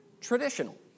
traditional